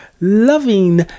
loving